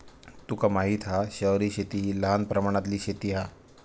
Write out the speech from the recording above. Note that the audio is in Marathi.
तुका माहित हा शहरी शेती हि लहान प्रमाणातली शेती हा